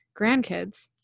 grandkids